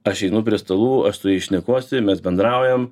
aš einu prie stalų aš su jais šnekuosi mes bendraujam